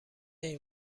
این